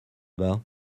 bas